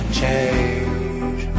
change